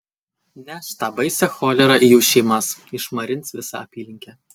neš tą baisią cholerą į jų šeimas išmarins visą apylinkę